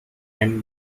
can